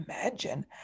imagine